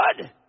good